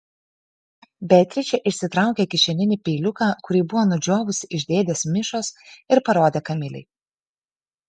beatričė išsitraukė kišeninį peiliuką kurį buvo nudžiovusi iš dėdės mišos ir parodė kamilei